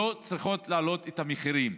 לא צריכות להעלות את המחירים.